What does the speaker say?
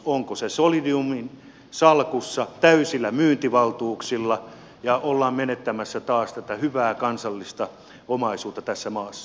onko se solidiumin salkussa täysillä myyntivaltuuksilla ja ollaan menettämässä taas tätä hyvää kansallista omaisuutta tässä maassa